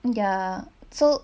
ya so